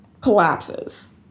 collapses